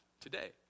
today